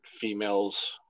females